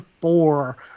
four